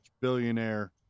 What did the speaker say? billionaire